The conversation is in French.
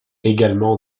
également